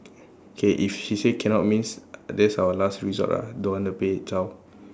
okay if she say cannot means that's our last resort lah don't want the pay zao